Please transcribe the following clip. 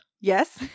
Yes